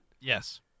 yes